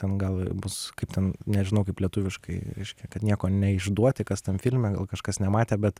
ten gal bus kaip ten nežinau kaip lietuviškai reiškia kad nieko neišduoti kas tam filme gal kažkas nematė bet